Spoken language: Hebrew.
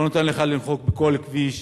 לא נותן לך לנהוג בכל כביש,